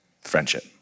friendship